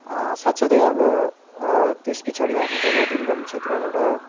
साथसाथै अब त्यस पछाडि हामी जब दुर्गम क्षेत्रबाट